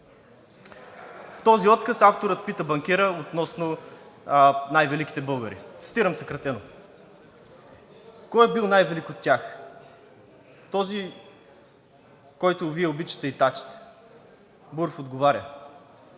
В този откъс авторът пита банкера относно най-великите българи. Цитирам съкратено: „Кой е бил най-велик от тях, този, който Вие обичате и тачите?“ Буров отговаря: